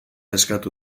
eskatu